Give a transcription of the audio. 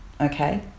okay